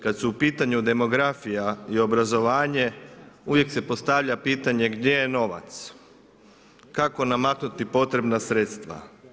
Kada su u pitanju demografija i obrazovanje uvijek se postavlja pitanje gdje je novac, kako namaknuti potrebna sredstva.